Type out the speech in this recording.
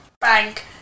bank